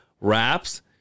Wraps